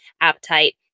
appetite